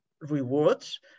rewards